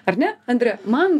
ar ne andre man